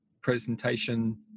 presentation